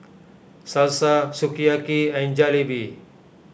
Salsa Sukiyaki and Jalebi